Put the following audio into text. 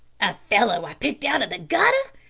a fellow i picked out of the gutter?